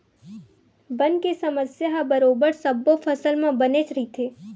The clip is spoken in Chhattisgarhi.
बन के समस्या ह बरोबर सब्बो फसल म बनेच रहिथे